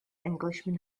englishman